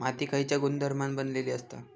माती खयच्या गुणधर्मान बनलेली असता?